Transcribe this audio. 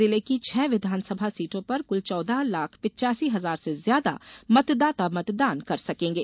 जिले की छह विधानसभा सीटों पर कुल चौदह लाख पिचासी हजार से ज्यादा मतदाता मतदान कर सकेंगे